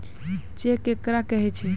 Cheque केकरा कहै छै?